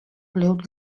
bliuwt